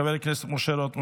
חבר הכנסת משה רוט,